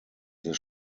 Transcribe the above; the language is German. des